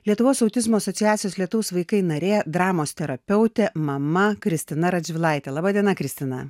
lietuvos autizmo asociacijos lietaus vaikai narė dramos terapeutė mama kristina radžvilaitė laba diena kristina